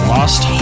Lost